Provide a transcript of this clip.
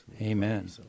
Amen